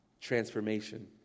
transformation